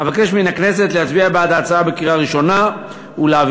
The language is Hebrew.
אבקש מהכנסת להצביע בעד ההצעה בקריאה ראשונה ולהעבירה